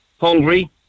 hungry